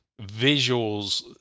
visuals